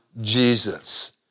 Jesus